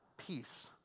Peace